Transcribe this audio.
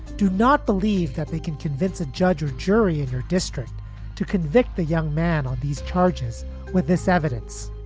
do not believe that they can convince a judge or jury in your district to convict the young man on these charges with this evidence,